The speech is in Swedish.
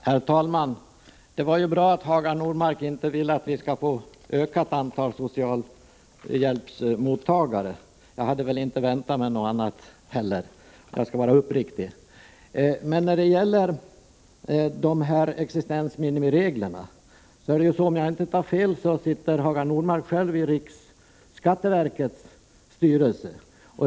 Herr talman! Det är ju bra att Hagar Normark inte vill att vi skall få ett ökat antal socialhjälpsmottagare. För att vara uppriktig hade jag inte heller väntat mig något annat. Beträffande frågan om existensminimireglerna sitter Hagar Normark själv, om jag inte tar fel, i riksskatteverkets styrelse.